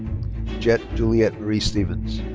jet juliet marie stephens.